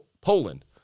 Poland